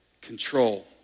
control